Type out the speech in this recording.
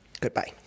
Goodbye